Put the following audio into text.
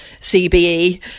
CBE